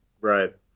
Right